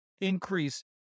increase